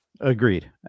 Agreed